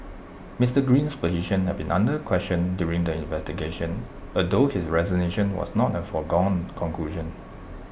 Mister Green's position had been under question during the investigation although his resignation was not A foregone conclusion